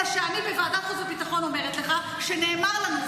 אלא שאני בוועדת החוץ והביטחון אומרת לך שנאמר לנו,